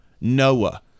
Noah